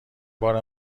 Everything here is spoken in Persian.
بار